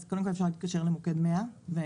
אז קודם כל אפשר להתקשר למוקד 100 והם